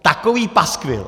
Takový paskvil.